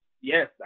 Yes